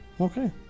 okay